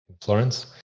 Florence